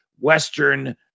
Western